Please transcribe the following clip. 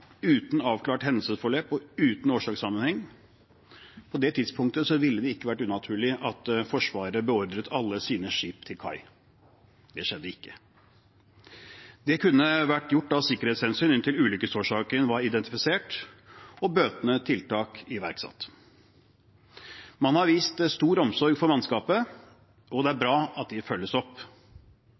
uten avklart hendelsesforløp og uten årsakssammenheng. På det tidspunktet ville det ikke vært unaturlig at Forsvaret beordret alle sine skip til kai. Det skjedde ikke. Det kunne vært gjort av sikkerhetshensyn inntil ulykkesårsaken var identifisert og bøtende tiltak iverksatt. Man har vist stor omsorg for mannskapet, og det er bra at de følges opp.